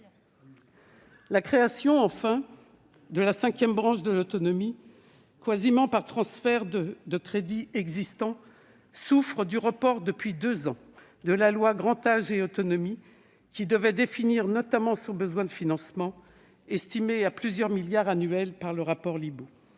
la création de la cinquième branche, relative à l'autonomie, quasiment par transfert de crédits existants, souffre du report depuis deux ans du projet de loi Grand âge et autonomie, qui devait définir notamment son besoin de financement, estimé à plusieurs milliards d'euros annuels par le rapport Libault.